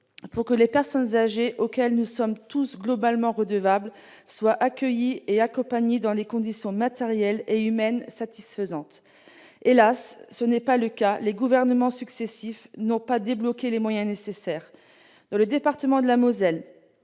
pour que les personnes âgées auxquelles nous sommes globalement tous redevables soient accueillies et accompagnées dans des conditions matérielles et humaines satisfaisantes. Hélas, ce n'est pas le cas : les gouvernements successifs n'ont pas débloqué les moyens nécessaires. Dans le département de la Moselle,